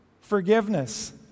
forgiveness